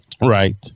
right